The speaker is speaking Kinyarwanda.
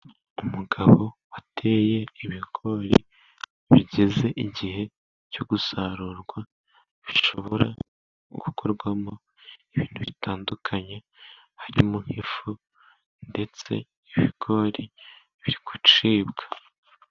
Umugabo wateye ibigori bigeze igihe cyo gusarurwa, bishobora gukorwamo ibintu bitandukanye harimo ifu, ndetse ibigori biri gucibwa.